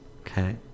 Okay